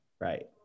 Right